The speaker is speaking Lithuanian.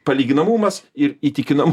palyginamumas ir įtikinamumas